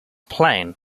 plain